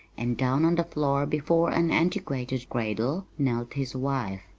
and down on the floor before an antiquated cradle knelt his wife.